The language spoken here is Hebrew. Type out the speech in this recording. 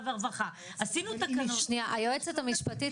היועצת המשפטית,